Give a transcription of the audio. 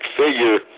figure